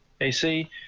AC